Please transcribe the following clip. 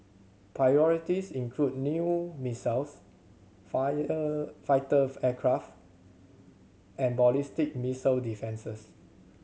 priorities include new missiles fire fighter aircraft and ballistic missile defences